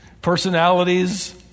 personalities